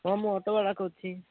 ହଁ ମୁଁ ଅଟୋ ବାଲା କହୁଛି